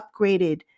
upgraded